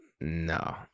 no